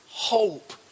hope